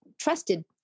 trusted